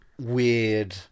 Weird